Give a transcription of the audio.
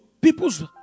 people's